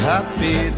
Happy